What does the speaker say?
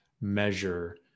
measure